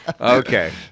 Okay